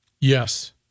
Yes